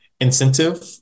incentive